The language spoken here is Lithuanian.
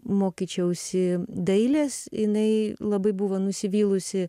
mokyčiausi dailės jinai labai buvo nusivylusi